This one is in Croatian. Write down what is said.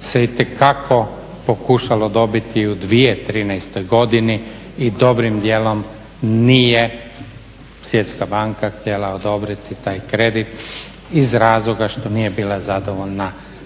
se itekako pokušalo dobiti i u 2013. godini i dobrim dijelom nije Svjetska banka htjela odobriti taj kredit iz razloga što nije bila zadovoljna provedbom